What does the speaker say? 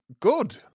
Good